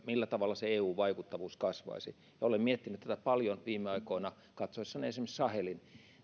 millä tavalla eun vaikuttavuus kasvaisi olen miettinyt tätä paljon viime aikoina katsoessani esimerkiksi sahelin